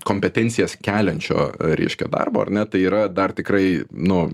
kompetencijas keliančio reiškia darbo ar ne tai yra dar tikrai nu